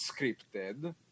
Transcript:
scripted